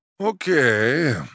Okay